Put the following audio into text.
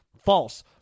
False